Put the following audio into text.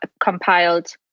compiled